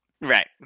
Right